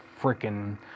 freaking